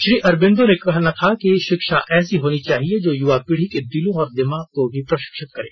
श्री अरबिंदो का कहना था कि शिक्षा ऐसी होनी चाहिए जो यूवा पीढ़ी के दिलों और दिमाग को भी प्रशिक्षित करे